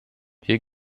hier